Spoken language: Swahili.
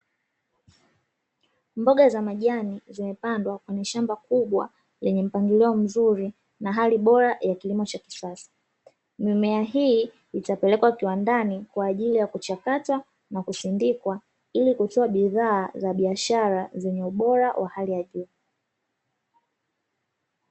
Mboga za majani zimepandwa kwenye shamba kubwa lenye mpangilio mzuri na hali bora ya kilimo cha kisasa; mimea hii itapelekwa kiwandani kwa ajili ya kuchakata na kusindikwa, ili kutoa bidhaa za biashara zenye ubora wa hali ya juu.